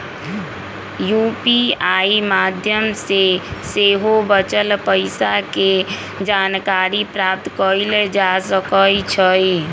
UPI माध्यम से सेहो बचल पइसा के जानकारी प्राप्त कएल जा सकैछइ